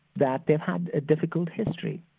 that they've had a difficult history.